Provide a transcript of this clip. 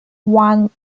one